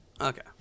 Okay